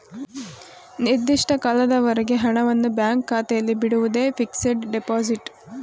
ನಿರ್ದಿಷ್ಟ ಕಾಲದವರೆಗೆ ಹಣವನ್ನು ಬ್ಯಾಂಕ್ ಖಾತೆಯಲ್ಲಿ ಬಿಡುವುದೇ ಫಿಕ್ಸಡ್ ಡೆಪೋಸಿಟ್